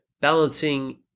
Balancing